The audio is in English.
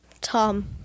Tom